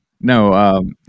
no